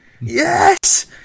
yes